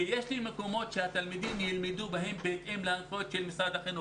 יש לו מקומות בהם התלמידים ילמדו בהתאם להנחיות של משרד החינוך.